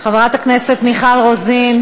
חברת הכנסת מיכל רוזין,